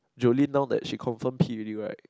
Julin know that she confirm P already right